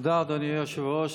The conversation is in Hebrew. תודה, אדוני היושב-ראש.